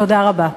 תודה רבה.